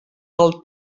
del